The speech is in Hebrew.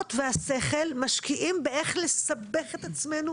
הכישרונות והשכל משקיעים באיך לסבך את עצמנו